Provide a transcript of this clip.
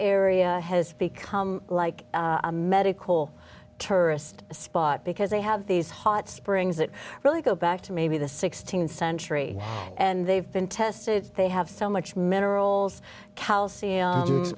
area has become like a medical turf spot because they have these hot springs that really go back to maybe the sixteenth century and they've been tested they have so much minerals calcium